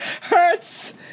Hurts